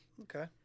Okay